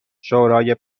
شورای